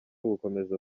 gukomeza